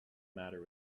matter